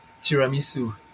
tiramisu